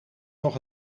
nog